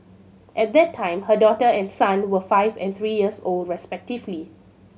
at that time her daughter and son were five and three years old respectively